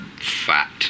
fat